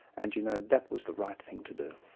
and you know that was the right thing to do.